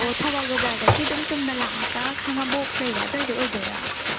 ꯑꯣ ꯊꯧꯕꯥꯜ ꯕꯖꯥꯔꯗꯒꯤ ꯑꯗꯨꯝ ꯆꯨꯝꯅ ꯂꯥꯛꯑꯒ ꯈꯥꯡꯉꯕꯣꯛ ꯂꯩꯕ ꯑꯗꯨꯋꯥꯏꯗ ꯑꯣꯏꯗꯣꯏꯔꯥ